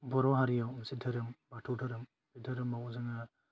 बर' हारियाव मोनसे दोहोरोम बाथौ दोहोरोम बे दोहोरोमाव जोङो